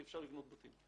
כי אפשר לבנות בתים.